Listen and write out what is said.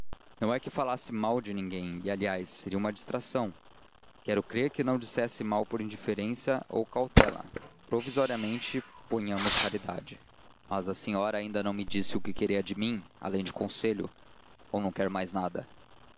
não é que falasse mal de ninguém e aliás seria uma distração quero crer que não dissesse mal por indiferença ou cautela provisoriamente ponhamos caridade mas a senhora ainda me não disse o que queria de mim além do conselho ou não quer mais nada